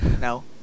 No